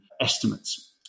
estimates